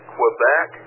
Quebec